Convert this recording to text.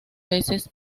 veces